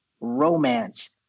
romance